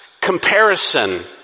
comparison